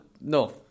no